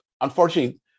unfortunately